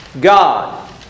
God